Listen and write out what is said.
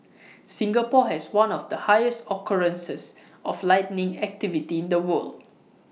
Singapore has one of the highest occurrences of lightning activity in the world